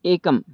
एकम्